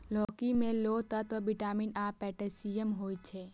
लौकी मे लौह तत्व, विटामिन आ पोटेशियम होइ छै